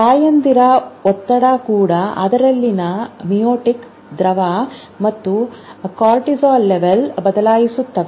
ತಾಯಂದಿರ ಒತ್ತಡ ಕೂಡ ಅದರಲ್ಲಿನ ಮೆಯಾಟಿಕ್ ದ್ರವ ಮತ್ತು ಕಾರ್ಟಿಸೋಲ್ ಮಟ್ಟವನ್ನು ಬದಲಾಯಿಸಬಹುದು